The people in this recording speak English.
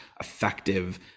effective